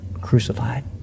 crucified